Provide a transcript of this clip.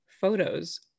photos